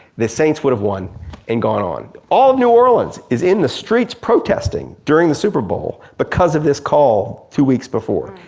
the saints would've won and gone on. all new orleans is in the streets protesting during the superbowl because of this call two weeks before.